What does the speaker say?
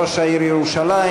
ראש העיר ירושלים,